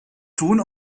tun